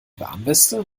warnweste